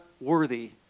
worthy